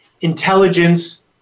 intelligence